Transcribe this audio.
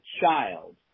child